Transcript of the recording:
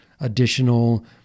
additional